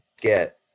get